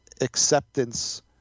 acceptance